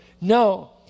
No